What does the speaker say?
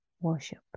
Worship